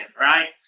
right